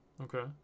Okay